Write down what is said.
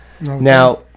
Now